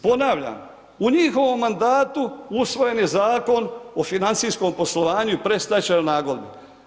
Ponavljam, u njihovom mandatu usvojen je Zakon o financijskom poslovanju i predstečajnoj nagodbi.